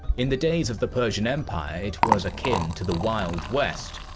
in the days of the persian empire, it was akin to the wild west.